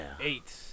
Eight